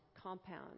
compound